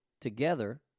together